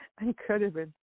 Incredible